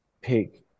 pick